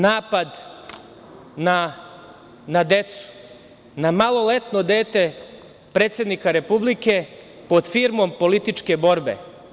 Napad na decu, na maloletno dete predsednika Republike pod firmom političke borbe.